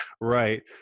right